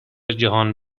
جهان